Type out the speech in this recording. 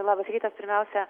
labas rytas pirmiausia